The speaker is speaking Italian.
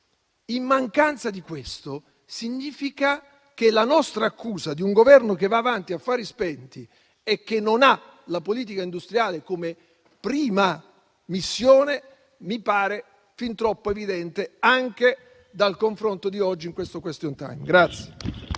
Se manca questo la nostra accusa di un Governo che va avanti a fari spenti e che non ha la politica industriale come prima missione diventa fin troppo evidente, anche dal confronto di oggi in questo *question time.*